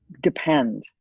depend